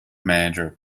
manager